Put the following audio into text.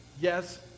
yes